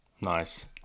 Nice